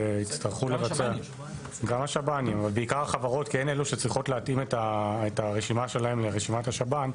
החברות כי הן אלו שצריכות להתאים את הרשימה שלהן לרשימת השב"ן,